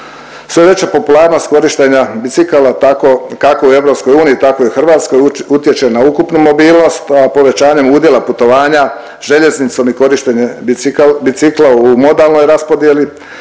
Sve veća popularnost korištenja bicikala kako u EU tako i u Hrvatskoj utječe na ukupnu mobilnost, a povećanjem udjela putovanja željeznicom i korištenje bicikla u modalnoj raspodjeli